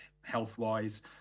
health-wise